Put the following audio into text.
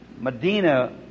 Medina